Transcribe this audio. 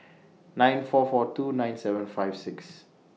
nine four four two nine seven five six